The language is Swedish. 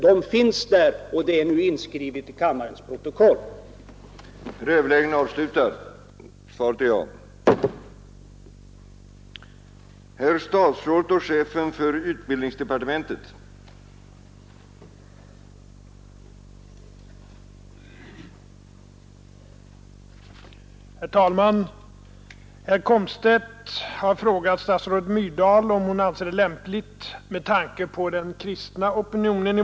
Den finns där, och det är nu inskrivet i kammarens protokoll. Ang. gyckel med re